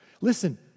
Listen